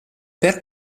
per